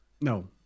No